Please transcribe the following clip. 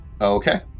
Okay